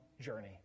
journey